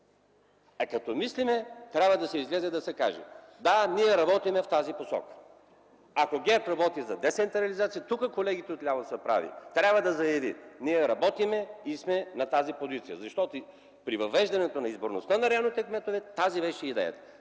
Като мислите, трябва да излезете, и да кажете: „Да, ние работим в тази посока”. Ако ГЕРБ работи за децентрализация, тук колегите отляво са прави, трябва да заяви: „Ние работим и сме на тази позиция”. Защото при въвеждането на изборността на районните кметове тази беше идеята